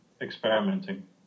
experimenting